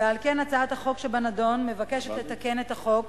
הצעת החוק שבנדון מבקשת לתקן את החוק